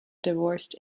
divorced